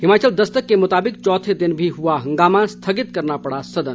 हिमाचल दस्तक के मुताबिक चौथे दिन भी हआ हंगामा स्थगित करना पड़ा सदन